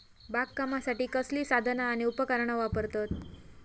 बागकामासाठी कसली साधना आणि उपकरणा वापरतत?